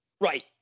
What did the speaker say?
Right